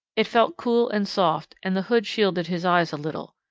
it felt cool and soft, and the hood shielded his eyes a little.